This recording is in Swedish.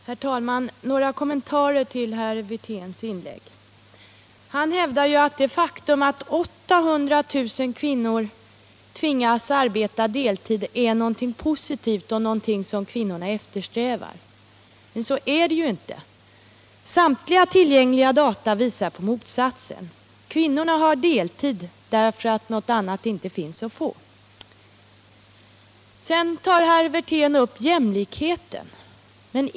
Herr talman! Några kommentarer till herr Wirténs inlägg. Han hävdar att det faktum att 800 000 kvinnor tvingas arbeta deltid är något positivt och någonting som kvinnorna eftersträvar. Så är det ju inte. Samtliga tillgängliga data visar på motsatsen. Kvinnorna har deltid därför att något annat inte finns att få. Sedan tar herr Wirtén upp jämlikheten.